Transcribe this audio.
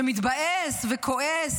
שמתבאס וכועס,